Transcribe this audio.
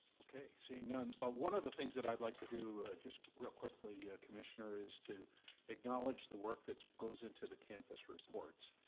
seeing none, ah one of the things that i'd like to do, just real quickly, commissioner, is to acknowledge the work that goes into the campus reports.